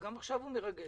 וגם עכשיו הוא מרגש.